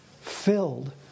filled